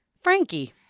Frankie